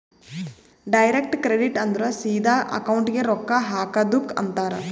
direct credit ಅಂದುರ್ ಸಿದಾ ಅಕೌಂಟ್ಗೆ ರೊಕ್ಕಾ ಹಾಕದುಕ್ ಅಂತಾರ್